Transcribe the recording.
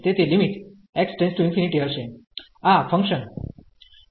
તેથી limit x→∞ હશે આ ફંકશન fg માટે